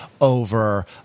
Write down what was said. over